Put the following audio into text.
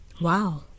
Wow